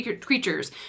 creatures